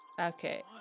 Okay